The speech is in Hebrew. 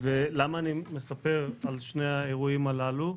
למה אני מספר על שני האירועים הללו?